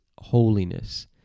holiness